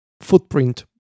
footprint